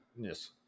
Yes